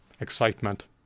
excitement